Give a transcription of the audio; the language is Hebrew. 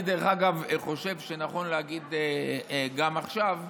אני, דרך אגב, חושב שנכון להגיד גם עכשיו: